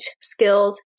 skills